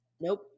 nope